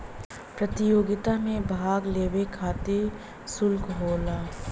प्रतियोगिता मे भाग लेवे खतिर सुल्क होला